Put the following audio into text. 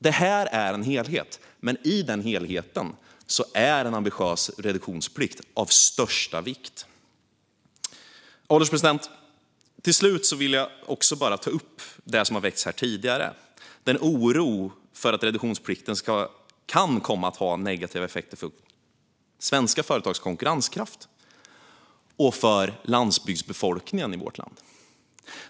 Detta är en helhet, men i denna helhet är en ambitiös reduktionsplikt av största vikt. Herr ålderspresident! Slutligen vill jag ta upp något som har väckts här tidigare, det vill säga oron för att reduktionsplikten kan komma att ha negativa effekter för svenska företags konkurrenskraft och för landsbygdsbefolkningen i vårt land.